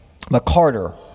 McCarter